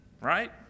right